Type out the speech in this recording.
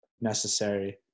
necessary